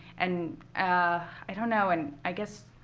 and ah i don't know. and i guess,